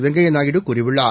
வெங்கைய நாயுடு கூறியுள்ளார்